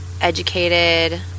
educated